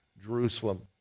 Jerusalem